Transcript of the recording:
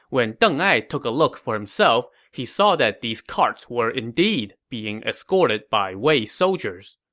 when deng ai took a look for himself, he saw that these carts were indeed being escorted by wei soldiers.